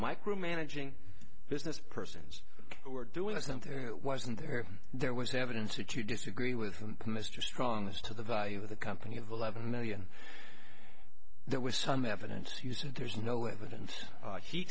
micromanaging business persons who are doing something that wasn't there there was evidence that you disagree with mr strong as to the value of the company of eleven million there was some evidence you said there's no evidence